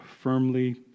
firmly